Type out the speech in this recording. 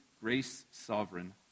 grace-sovereign